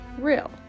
real